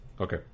Okay